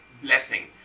blessing